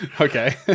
Okay